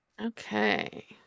okay